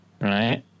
right